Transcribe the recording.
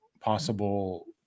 possible